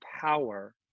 power